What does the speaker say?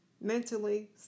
Mentally